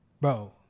bro